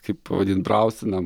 kaip vadint brausina